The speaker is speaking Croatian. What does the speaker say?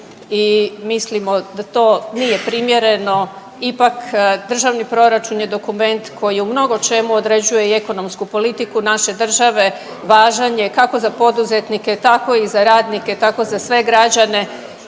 i mislimo da to nije primjereno. Ipak Državni proračun je dokument koji u mnogo čemu određuje i ekonomsku politiku naše države, važan je kako za poduzetnike tako i za radnike, tako za sve građane